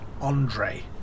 Andre